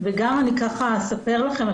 וגם אני ככה אספר לכם,